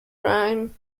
rhyme